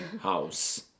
house